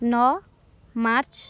ନଅ ମାର୍ଚ୍ଚ